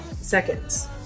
seconds